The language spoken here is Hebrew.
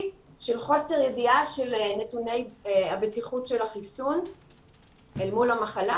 של חוסר ידיעה של נתוני הבטיחות של החיסון אל מול המחלה,